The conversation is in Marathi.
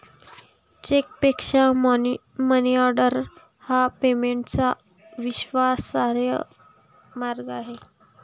चेकपेक्षा मनीऑर्डर हा पेमेंटचा विश्वासार्ह मार्ग आहे